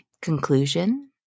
conclusion